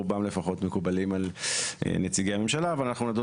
רובם מקובלים על נציגי הממשלה אבל נדון